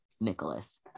Nicholas